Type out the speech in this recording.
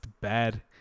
bad